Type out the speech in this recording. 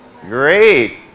Great